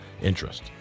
interest